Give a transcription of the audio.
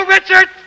Richard